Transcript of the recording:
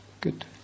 Good